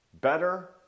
Better